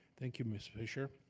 thank you miss fischer.